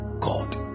God